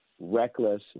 reckless